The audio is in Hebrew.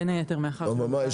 בין היתר כי